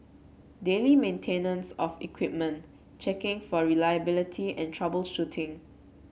daily maintenance of equipment checking for reliability and troubleshooting